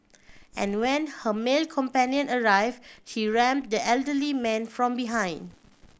and when her male companion arrived she rammed the elderly man from behind